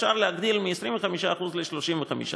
אפשר להגדיל מ-25% ל-35%.